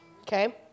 okay